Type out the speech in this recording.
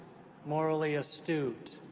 morally astute,